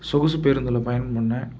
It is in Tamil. சொகுசு பேருந்தில் பயணம் பண்ணேன்